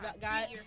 guys